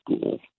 school